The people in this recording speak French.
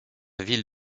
ville